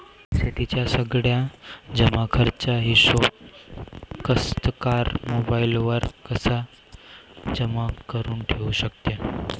शेतीच्या सगळ्या जमाखर्चाचा हिशोब कास्तकार मोबाईलवर कसा जमा करुन ठेऊ शकते?